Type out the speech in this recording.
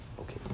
Okay